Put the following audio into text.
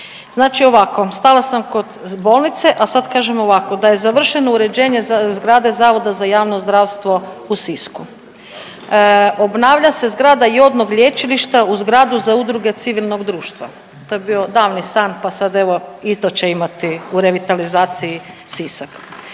Znači ovako, stala sam kod bolnice, a sad kažem ovako, da je završeno uređenje zgrade Zavoda za javno zdravstvo u Sisku, obnavlja se zgrada jodnog lječilišta u zgradu za udruge civilnog društva. To je bio davni san, pa sad evo i to će imati u revitalizaciji Sisak.